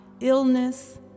illness